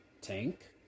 Tank